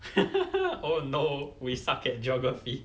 oh no we suck at geography